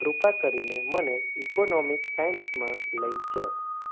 કૃપા કરીને મને ઇકોનોમિક ટાઇમ્સમાં લઈ જાઓ